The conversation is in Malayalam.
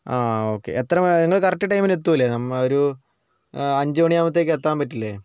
ആഹ് ഓക്കെ എത്ര നിങ്ങൾ കറക്ട് ടൈമിന് എത്തുകയില്ലേ നമ്മളൊരു അഞ്ചുമണിയാകുമ്പോഴത്തേക്കും എത്താൻ പറ്റില്ലേ